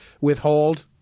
withhold